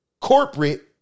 corporate